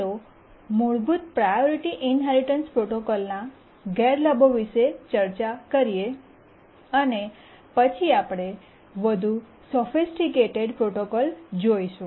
ચાલો મૂળભૂત priority inheritance પ્રોટોકોલના ગેરલાભો વિશે ચર્ચા કરીએ અને પછી આપણે વધુ સોફિસ્ટિકેટેડ પ્રોટોકોલ જોઇશું